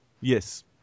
yes